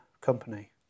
company